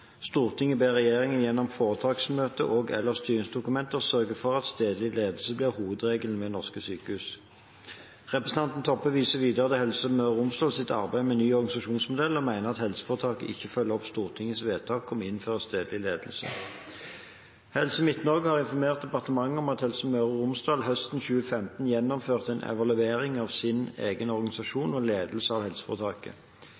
ber regjeringen gjennom foretaksmøtet og/eller styringsdokumenter sørge for at stedlig ledelse blir hovedregelen ved norske sykehus.» Representanten Toppe viser videre til Helse Møre og Romsdals arbeid med ny organisasjonsmodell og mener at helseforetaket ikke følger opp Stortingets vedtak om å innføre stedlig ledelse. Helse Midt-Norge har informert departementet om at Helse Møre og Romsdal høsten 2015 gjennomførte en evaluering av sin egen